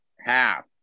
half